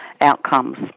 outcomes